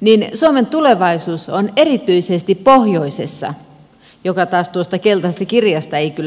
niin suomen tulevaisuus on erityisesti pohjoisessa mikä taas tuosta keltaisesta kirjasta ei kyllä näy ollenkaan